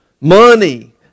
money